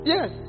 Yes